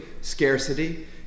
scarcity